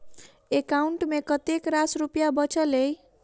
account मे कतेक रास रुपया बचल एई